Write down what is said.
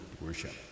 worship